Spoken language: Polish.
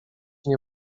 nie